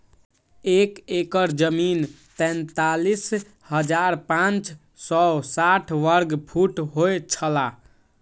एक एकड़ जमीन तैंतालीस हजार पांच सौ साठ वर्ग फुट होय छला